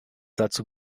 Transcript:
dazu